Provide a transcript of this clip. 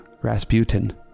Rasputin